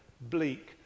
bleak